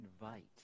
invite